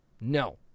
No